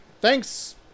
thanks